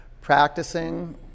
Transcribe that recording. practicing